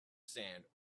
sand